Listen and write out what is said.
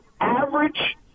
average